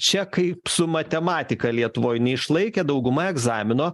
čia kaip su matematika lietuvoj neišlaikė dauguma egzamino